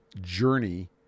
journey